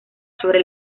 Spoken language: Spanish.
sobre